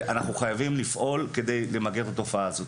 אנחנו חייבים לפעול למיגור התופעה הזו.